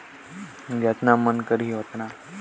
अउ कतेक पइसा भेजाही?